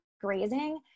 grazing